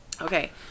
Okay